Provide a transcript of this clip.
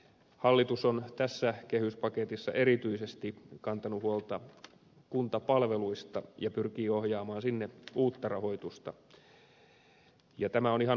hallitus on tässä kehyspaketissa erityisesti kantanut huolta kuntapalveluista ja pyrkii ohjaamaan sinne uutta rahoitusta ja tämä on ihan oikea suunta